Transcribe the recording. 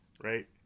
right